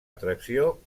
atracció